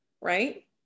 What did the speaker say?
right